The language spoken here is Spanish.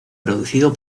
producido